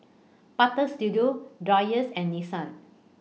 Butter Studio Dreyers and Nissan